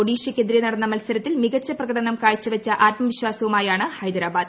ഒഡീഷയ്ക്കെതിരെ നടന്ന മത്സരത്തിൽ മികച്ച പ്രകടനം കാഴ്ചവച്ച ആത്മവിശ്വാസവുമായാണ് ഹൈദരാബാദ്